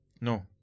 No